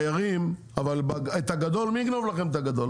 מהדיירים אבל את הגדול מי יגנוב לכם את הגדול,